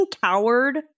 coward